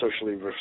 socially